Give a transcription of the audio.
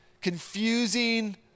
confusing